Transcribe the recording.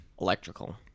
Electrical